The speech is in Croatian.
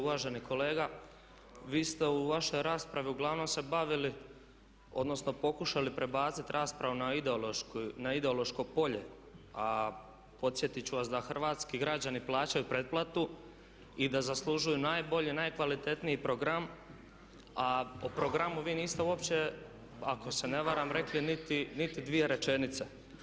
Uvaženi kolega, vi ste u vašoj raspravi uglavnom se bavili odnosno pokušali prebacit raspravu na ideološko polje, a podsjetit ću vas da hrvatski građani plaćaju pretplatu i da zaslužuju najbolje, najkvalitetniji program, a o programu vi niste uopće ako se ne varam rekli niti dvije rečenice.